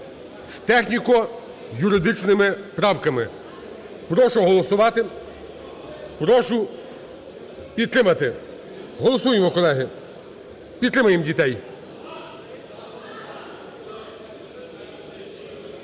з техніко-юридичними правками. Прошу голосувати, прошу підтримати. Голосуємо, колеги, підтримаємо дітей.